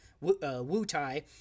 Wu-Tai